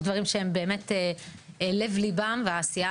יש דברים שהם באמת לב ליבם בעשייה